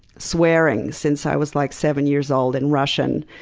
swearing, since i was like seven years old, in russian.